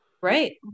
Right